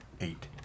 Eight